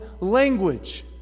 language